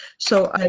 so,